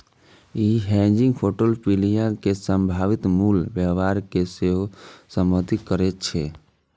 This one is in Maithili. ई हेजिंग फोर्टफोलियो मे संभावित मूल्य व्यवहार कें सेहो संबोधित करै छै